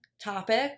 topic